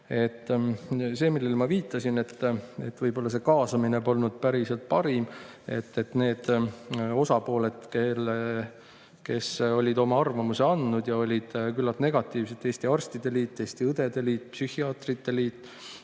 See, millele ma viitasin, et võib-olla see kaasamine polnud päriselt parim, need osapooled, kes olid oma arvamuse andnud ja olid küllalt negatiivsed – Eesti Arstide Liit, Eesti Õdede Liit, [Eesti]